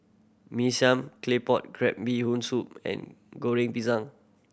Mee Siam Claypot Crab Bee Hoon Soup and Goreng Pisang